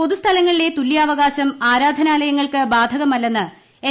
പൊതുസ്ഥലങ്ങളിലെ തുല്യാവ്കാ്ശ് ആരാധനാലയങ്ങൾക്ക് ബാധകമല്ലെന്ന് എൻ